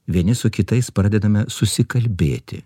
vieni su kitais pradedame susikalbėti